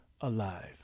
alive